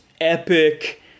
epic